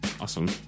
awesome